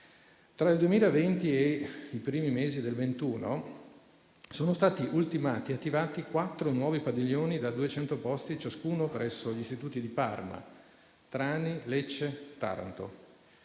Tra il 2020 e i primi mesi del 2021 sono stati ultimati e attivati quattro nuovi padiglioni da 200 posti ciascuno presso gli istituti di Parma, Trani, Lecce e Taranto.